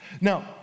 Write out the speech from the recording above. Now